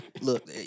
Look